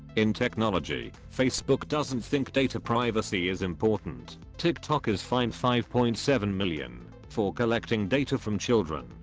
in technology, facebook doesn't think data privacy is important, tiktok is fined five point seven million for collecting data from children